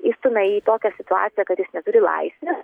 įstumia jį į tokią situaciją kad jis neturi laisvės